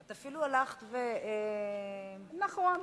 את אפילו הלכת, נכון.